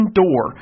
door